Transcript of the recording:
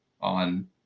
on